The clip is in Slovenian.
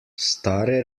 stare